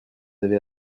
avez